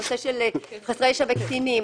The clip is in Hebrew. הנושא של חסרי ישע וקטינים.